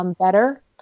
better